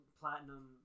platinum